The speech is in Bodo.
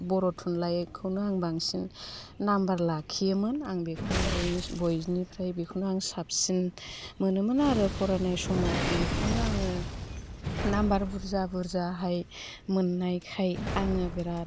बर' थुनलाइखौनो आं बांसिन नाम्बार लाखियोमोन आं बेखौनो बयनिफ्राय बेखौनो आं साबसिन मोनोमोन आरो फरायनाय समाव बेखौनो आङो नाम्बार बुरजा बुरजाहाय मोननायखाय आङो बिराद